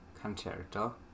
concerto